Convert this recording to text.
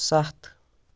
ستھ